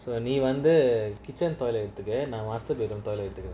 so anyone the kitchen toilet together the master room toilet together